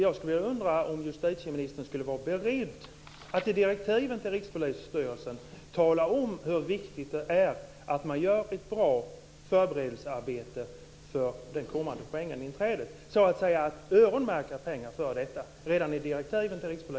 Jag undrar om justitieministern är beredd att i direktiven till Rikspolisstyrelsen tala om hur viktigt det är att man gör ett bra förberedelsearbete för det kommande Schengeninträdet, att så att säga öronmärka pengar för detta redan i direktiven till